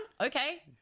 Okay